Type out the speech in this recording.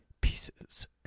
pieces